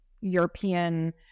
European